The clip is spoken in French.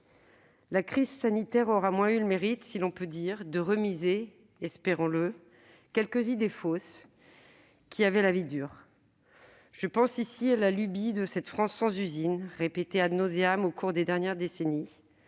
La crise sanitaire aura au moins eu le mérite de remiser- espérons-le ! -quelques idées fausses qui avaient la vie dure. Je pense ici à la lubie de la « France sans usines », répétée au cours des dernières décennies,